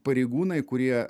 pareigūnai kurie